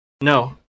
No